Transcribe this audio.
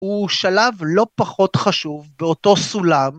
הוא שלב לא פחות חשוב באותו סולם.